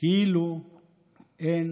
כאילו אין